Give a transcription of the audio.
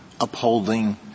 upholding